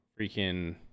freaking